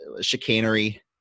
chicanery